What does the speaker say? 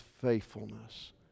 faithfulness